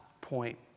point